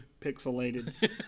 pixelated